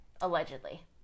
allegedly